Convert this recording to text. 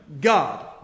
God